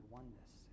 oneness